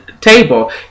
table